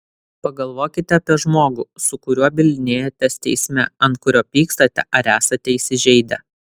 pagalvokite apie žmogų su kuriuo bylinėjatės teisme ant kurio pykstate ar esate įsižeidę